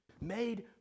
Made